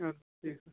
اَدٕ حظ ٹھیٖک